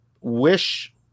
wish